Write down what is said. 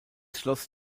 schloss